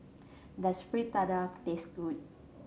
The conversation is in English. does Fritada taste good